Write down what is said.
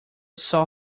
saw